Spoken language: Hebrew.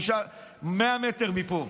מאה מטר מפה.